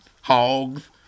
hogs